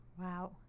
Wow